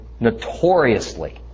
notoriously